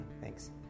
Thanks